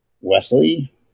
Wesley